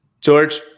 George